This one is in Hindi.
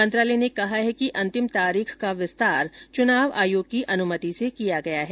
मंत्रालय ने कहा है कि अंतिम तारीख का विस्तार चुनाव आयोग की अनुमति से किया गया है